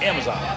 Amazon